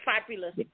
fabulous